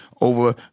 over